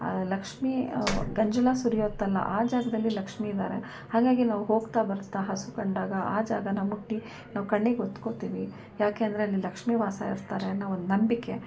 ಆ ಲಕ್ಷ್ಮೀ ಗಂಜಲ ಸುರಿಯುತ್ತಲ್ಲಾ ಆ ಜಾಗದಲ್ಲಿ ಲಕ್ಷ್ಮೀ ಇದ್ದಾರೆ ಹಾಗಾಗಿ ನಾವು ಹೋಗ್ತಾ ಬರ್ತಾ ಹಸು ಕಂಡಾಗ ಆ ಜಾಗನ ಮುಟ್ಟಿ ನಾವು ಕಣ್ಣಿಗೆ ಒತ್ಕೊತೀವಿ ಯಾಕೆ ಅಂದರೆ ಅಲ್ಲಿ ಲಕ್ಷ್ಮೀ ವಾಸ ಇರ್ತಾರೆ ಅನ್ನೋ ಒಂದು ನಂಬಿಕೆ